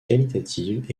qualitative